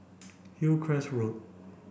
Hillcrest Road